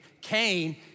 Cain